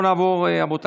בעד, ארבעה,